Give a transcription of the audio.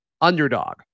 underdog